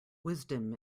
wisdom